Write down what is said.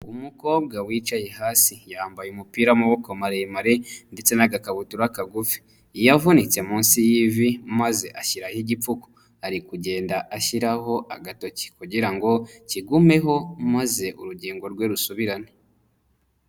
Umukobwa wicaye hasi, yambaye umupira w'amaboko maremare ndetse n'agakabutura kagufi. Yavunitse munsi y'ivi maze ashyiraho igipfuko. Ari kugenda ashyiraho agatoki kugira ngo kigumeho maze urugingo rwe rusubirane.